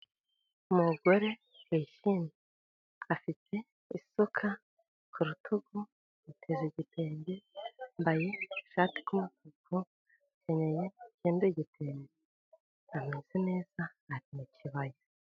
Umugore wishimye afite isuka ku rutugu, yiteze igitenge yambaye ishati y'umutuku, akenyeye ikindi gitenge, ameze neza ari mu kibaya